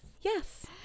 Yes